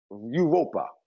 Europa